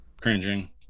Cringing